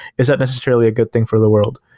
it's not necessarily a good thing for the world.